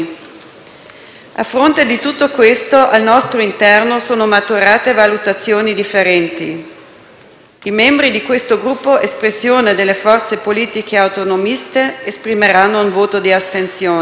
A fronte di tutto questo, al nostro interno sono maturate valutazioni differenti. I membri di questo Gruppo, espressione delle forze politiche autonomiste, esprimeranno un voto di astensione.